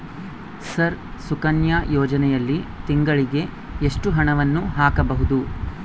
Sir Sukanya ಯೋಜನೆಯಲ್ಲಿ ತಿಂಗಳಿಗೆ ಎಷ್ಟು ಹಣವನ್ನು ಹಾಕಬಹುದು?